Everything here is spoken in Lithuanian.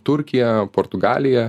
turkija portugalija